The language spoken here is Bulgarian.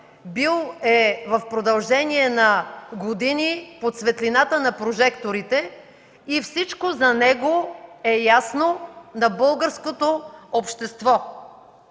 бил е в продължение на години под светлината на прожекторите и всичко за него е ясно на българското общество.